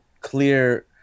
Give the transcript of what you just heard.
clear